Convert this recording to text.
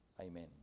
amen